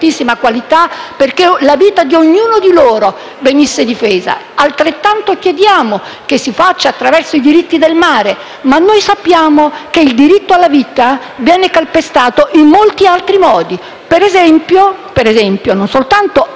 grazie a tutti.